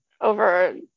over